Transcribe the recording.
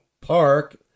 Park